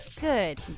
good